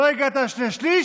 לא הגעת לשני שלישים,